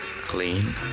Clean